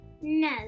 No